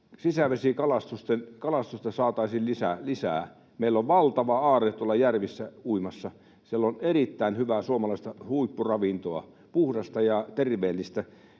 sisävesikalastusta saataisiin lisää. Meillä on valtava aarre tuolla järvissä uimassa. Siellä on erittäin hyvää suomalaista huippuravintoa, puhdasta ja terveellistä.